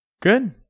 Good